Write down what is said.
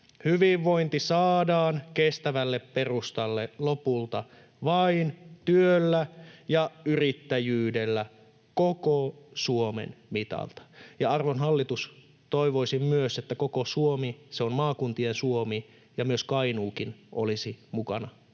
Hyvinvointi saadaan kestävälle perustalle lopulta vain työllä ja yrittäjyydellä koko Suomen mitalta. Arvon hallitus, toivoisin myös, että kun koko Suomi on maakuntien Suomi, myös Kainuu olisi mukana